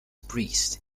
priest